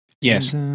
Yes